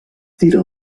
tira